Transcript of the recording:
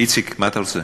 איציק, מה אתה רוצה?